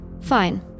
Fine